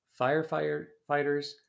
firefighters